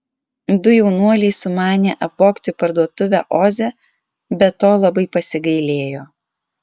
du jaunuoliai sumanė apvogti parduotuvę oze bet to labai pasigailėjo